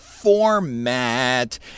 Format